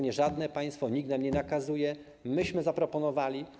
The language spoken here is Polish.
I żadne państwo, nikt nam nie nakazuje, to myśmy zaproponowali.